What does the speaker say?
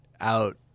out